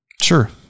Sure